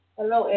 Hello